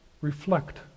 reflect